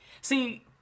See